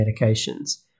medications